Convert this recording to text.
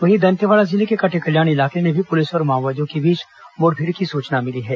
वहीं दंतेवाड़ा जिले के कटेकल्याण इलाके में भी पुलिस और माओवादियों के बीच मुठभेड़ की सूचना मिली है